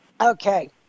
Okay